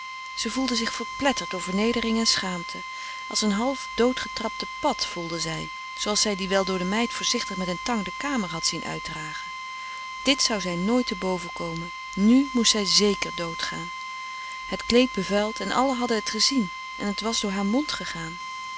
ze voelde zich verpletterd door vernedering en schaamte als een half dood getrapte pad voelde zij zooals zij die wel door de meid voorzichtig met een tang de kamer had zien uitdragen dit zou zij nooit te boven komen nu moest zij zeker dood gaan het kleed bevuild en allen hadden het gezien en het was door haar mond gegaan